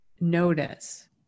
notice